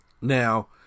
Now